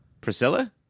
Priscilla